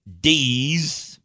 D's